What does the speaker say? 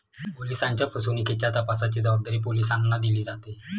ओलिसांच्या फसवणुकीच्या तपासाची जबाबदारी पोलिसांना दिली जाते